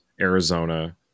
Arizona